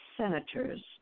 senators